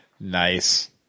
Nice